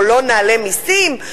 או לא נעלה מסים.